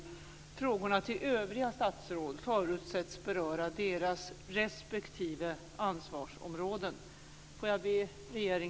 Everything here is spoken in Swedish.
Frågorna till övriga statsråd förutsätts beröra deras respektive ansvarsområden.